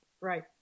Right